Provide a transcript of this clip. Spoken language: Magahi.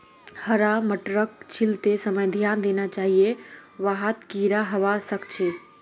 हरा मटरक छीलते समय ध्यान देना चाहिए वहात् कीडा हवा सक छे